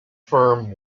firm